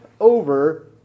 over